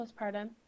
postpartum